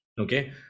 Okay